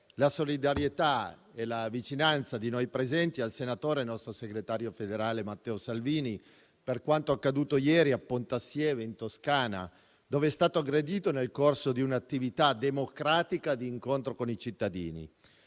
la solidarietà e la vicinanza di noi presenti al senatore e nostro segretario federale Matteo Salvini per quanto accaduto ieri a Pontassieve in Toscana, dov'è stato aggredito nel corso di un'attività democratica d'incontro con i cittadini.